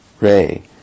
ray